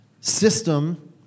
system